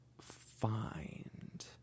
find